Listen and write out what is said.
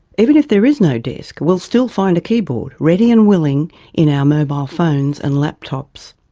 even if there is no desk, we'll still find a keyboard, ready and willing in our mobile phones and laptops.